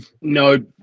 no